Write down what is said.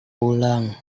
pulang